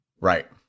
Right